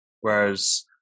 Whereas